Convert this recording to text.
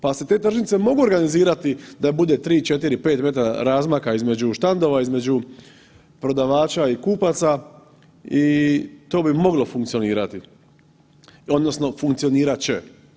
Pa se te tržnice mogu organizirati da bude 3, 4, 5 metara razmaka između štandova, između prodavača i kupaca i to bi moglo funkcionirati odnosno funkcionirat će.